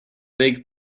big